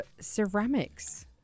Ceramics